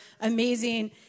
amazing